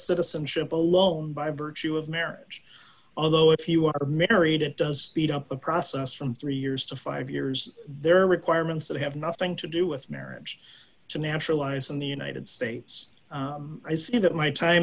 citizenship alone by virtue of marriage although if you are married it does heat up the process from three years to five years there are requirements that have nothing to do with marriage to naturalized in the united states i see that my time